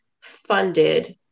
funded